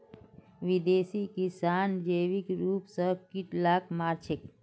विदेशी किसान जैविक रूप स कीट लाक मार छेक